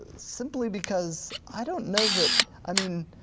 and simply because i don't know that, i mean,